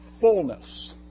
fullness